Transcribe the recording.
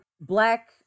Black